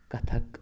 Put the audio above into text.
Kathak